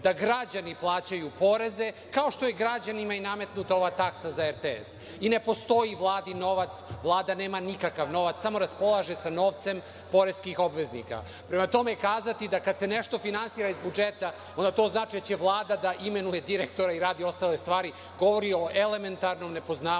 da građani plaćaju poreze, kao što je građanima i nametnuta ova taksa za RTS. I ne postoji Vladin novac, Vlada nema nikakav novac, samo raspolaže sa novcem poreskih obveznika. Prema tome, kazati kada se nešto finansira iz budžeta onda to znači da će Vlada da imenuje direktore i radi ostale stvari, govori o elementarnom nepoznavanju